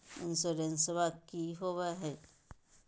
इंसोरेंसबा की होंबई हय?